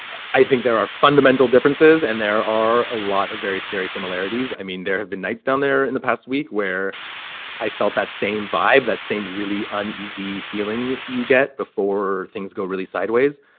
i think there are fundamental differences and there are a lot of very scary similarities. i mean, there have been nights down there in the past week where i felt that same vibe, that same really uneasy feeling you get before things go really sideways.